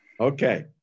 Okay